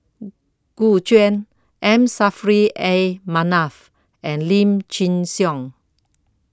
Gu Juan M Saffri A Manaf and Lim Chin Siong